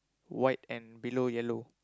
white and below yellow